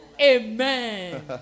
Amen